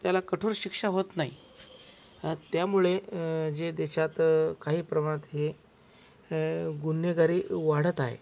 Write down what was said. त्याला कठोर शिक्षा होत नाही त्यामुळे जे देशात काही प्रमाणात हे गुन्हेगारी वाढत आहे